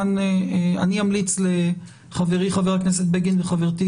אני אמליץ לחברי חבר הכנסת בגין וחברתי